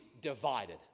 divided